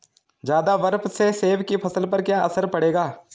ज़्यादा बर्फ से सेब की फसल पर क्या असर पड़ेगा?